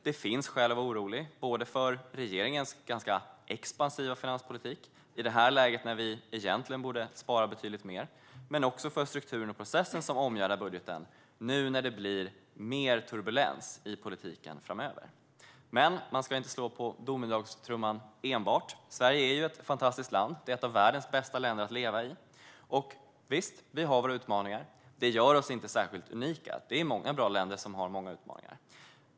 Det finns skäl att vara orolig, både för regeringens ganska expansiva finanspolitik i detta läge, när vi egentligen borde spara betydligt mer, och för strukturen och processen som omgärdar budgeten nu när det blir mer turbulens i politiken framöver. Men man ska inte enbart slå på domedagstrumman. Sverige är ett fantastiskt land. Det är ett av världens bästa länder att leva i. Visst har vi våra utmaningar. Detta gör oss inte särskilt unika - det finns många bra länder som har många utmaningar.